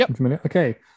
Okay